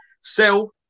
Sell